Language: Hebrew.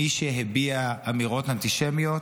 מי שהביע אמירות אנטישמיות,